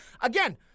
Again